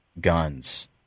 guns